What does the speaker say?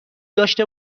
داشته